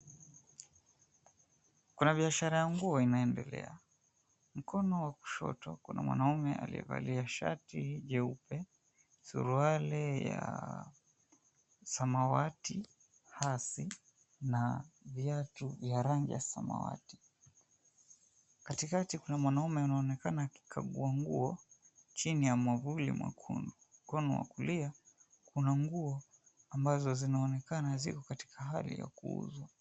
Kuna biashara ya nguo inaendelea. Mkono wa kushoto kuna mwanaume aliyevalia shati jeupe, suruali ya samawati hasi na viatu vya rangi ya samawati. Katikati kuna mwanaume anaonekana akikagua nguo chini ya mwavuli mwekundu, mkono wa kulia kuna nguo ambazo zinaonekana ziko katika hali ya kuuzwa.